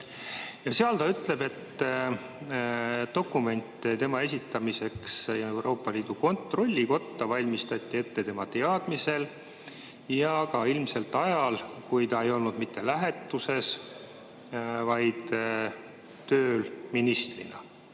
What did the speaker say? Ja seal ta ütleb, et dokumente tema esitamiseks Euroopa Kontrollikotta valmistati ette tema teadmisel ja ka ilmselt ajal, kui ta ei olnud mitte lähetuses, vaid tööl ministrina.